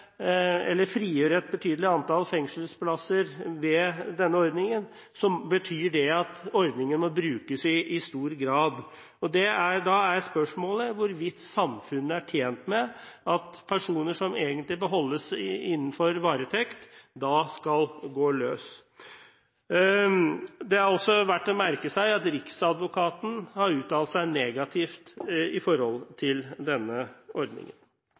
et betydelig antall fengselsplasser ved denne ordningen, betyr det at ordningen må brukes i stor grad, og da er spørsmålet hvorvidt samfunnet er tjent med at personer som egentlig bør holdes i varetekt, skal gå løs. Det er også verdt å merke seg at Riksadvokaten har uttalt seg negativt om denne ordningen. I